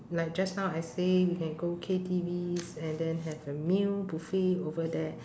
like just now I say we can go K_T_Vs and then have a meal buffet over there